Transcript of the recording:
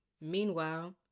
Meanwhile